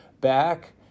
back